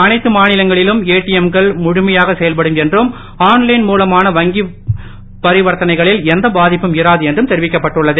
எல்லா மாநிலங்களிலும் ஏடிஎம் கள் முழுமையாக செயல்படும் என்றும் ஆன் லைன் மூலமான வங்கிப் பரிவர்த்தனைகளில் எந்த பாதிப்பும் இராது என்றும் தெரிவிக்கப்பட்டுள்ளது